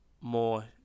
more